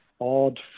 odd